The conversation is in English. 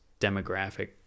demographic